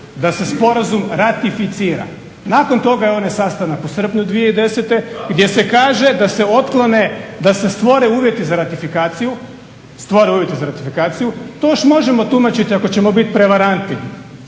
da se sporazum ratificira. Nakon toga je onaj sastanak u srpnju 2010. gdje se kaže da se otklone, da se stvore uvjeti za ratifikaciju. To još možemo tumačiti ako ćemo biti prevaranti